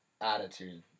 attitude